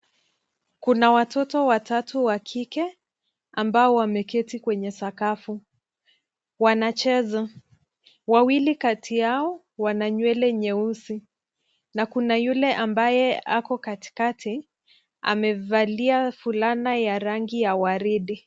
Kuna watoto watatu wa kike ambao wameketi kwenye sakafu, wanacheza. Wawili kati yao wana nywele nyeusi na kuna yule ambaye ako katikati amevalia fulana ya rangi ya waridi.